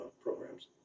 programs